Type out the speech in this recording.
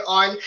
on